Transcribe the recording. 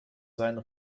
seine